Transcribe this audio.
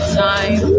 time